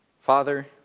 Father